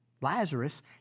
Lazarus